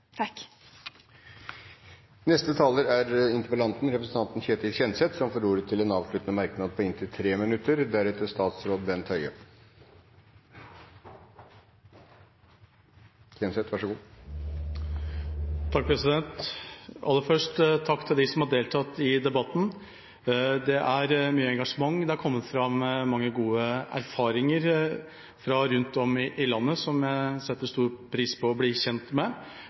takk til dem som har deltatt i debatten. Det er mye engasjement, det har kommet fram mange gode erfaringer fra rundt om i landet som jeg setter stor pris på å bli gjort kjent med.